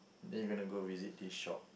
then you are gonna go visit this shop